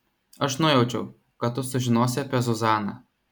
aš nujaučiau kad tu sužinosi apie zuzaną